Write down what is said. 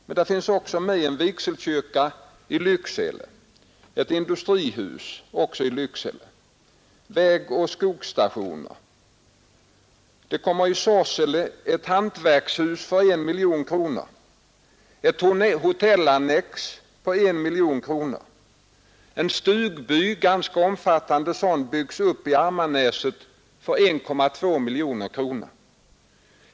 Men där finns också med en vigselkyrka i Lycksele, ett industrihus i Lycksele kommun, vägoch skogsstationer. I Sorsele kommer ett hantverkshus för 1 miljon kronor och ett hotellannex för 1 miljon kronor. En ganska omfattande stugby byggs upp i Ammarnäset för 1,2 miljoner kronor.